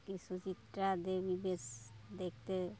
কি সুচিত্রা দেবী বেশ দেখতে